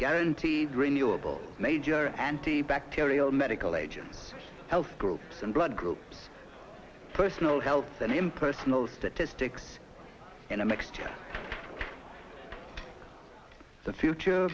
guaranteed renewable major antibacterial medical agents health groups and blood groups personal health and impersonal statistics in a mixture the future